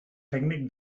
tècnic